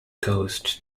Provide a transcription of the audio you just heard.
coast